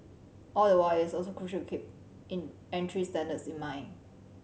all the while it is also crucial keep entry standards in mind